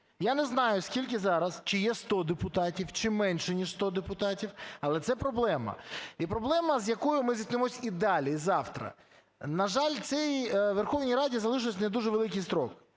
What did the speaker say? Я не знаю, скільки зараз – чи є 100 депутатів, чи менше, ніж 100 депутатів – але це проблема. І проблема, з якою ми стикнемося і далі, і завтра. На жаль, цій Верховній Раді залишилось не дуже великий строк.